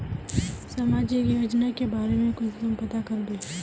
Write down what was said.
सामाजिक योजना के बारे में कुंसम पता करबे?